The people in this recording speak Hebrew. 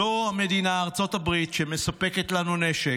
זו המדינה, ארצות הברית, שמספקת לנו נשק,